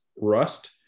rust